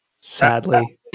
sadly